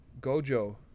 Gojo